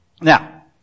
Now